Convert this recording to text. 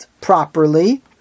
properly